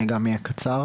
אני גם אהיה קצר.